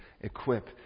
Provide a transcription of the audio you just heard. equip